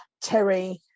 Terry